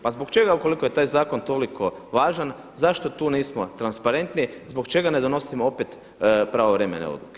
Pa zbog čega ukoliko je taj zakon toliko važan zašto tu nismo transparentni, zbog čega ne donosimo opet pravovremene odluke.